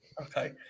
Okay